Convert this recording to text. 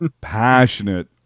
passionate